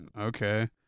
okay